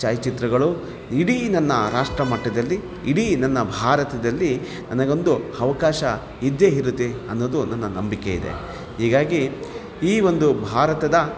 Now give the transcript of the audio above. ಛಾಯಚಿತ್ರಗಳು ಇಡೀ ನನ್ನ ರಾಷ್ಟ್ರಮಟ್ಟದಲ್ಲಿ ಇಡೀ ನನ್ನ ಭಾರತದಲ್ಲಿ ನನಗೊಂದು ಅವಕಾಶ ಇದ್ದೇ ಇರುತ್ತೆ ಅನ್ನೊದು ನನ್ನ ನಂಬಿಕೆ ಇದೆ ಹೀಗಾಗಿ ಈ ಒಂದು ಭಾರತದ